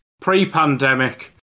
Pre-pandemic